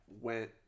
went